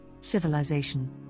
civilization